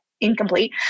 incomplete